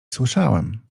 słyszałem